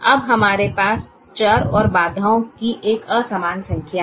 अब हमारे पास चर और बाधाओं की एक असमान संख्या है